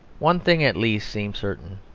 one thing at least seems certain.